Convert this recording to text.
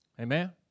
Amen